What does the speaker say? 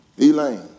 Elaine